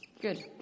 good